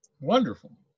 Wonderful